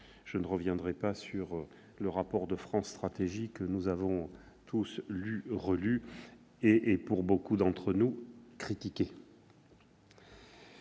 Je ne reviens pas sur le rapport de France Stratégie, que nous avons tous lu et relu, et, pour beaucoup d'entre nous, critiqué.